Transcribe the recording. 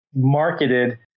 marketed